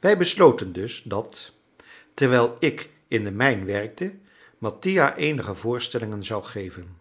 wij besloten dus dat terwijl ik in de mijn werkte mattia eenige voorstellingen zou geven